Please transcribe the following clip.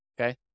okay